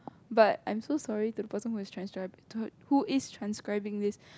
but I'm so sorry to the person who is transcri~ who is transcribing this